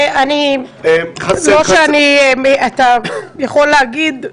אתה יכול להגיד,